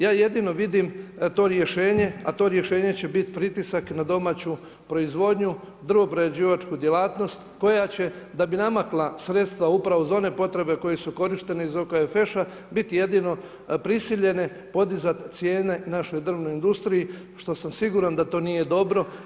Ja jedino vidim to rješenje, a to rješenje će biti pritisak na domaću proizvodnju drvo prerađivačku djelatnost, koja će da bi namakla sredstva upravo iz one potrebe koje su korištene iz OKFŠ biti jedino prisiljene podizati cijene naše drvnoj industriji, što sam siguran da to nije dobro.